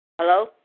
Hello